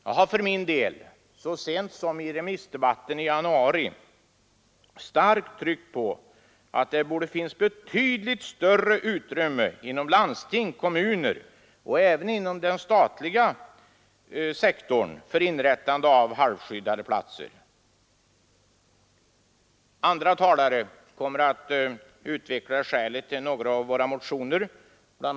Jag har för min del så sent som i remissdebatten i januari starkt tryckt på att det borde finnas betydligt större utrymme inom landsting och kommuner och även inom den statliga sektorn för inrättande av halvskyddade platser. Andra talare kommer att utveckla skälen till några av våra motioner. Bl.